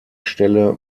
stelle